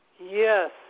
Yes